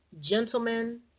gentlemen